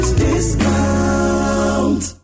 discount